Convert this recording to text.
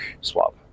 swap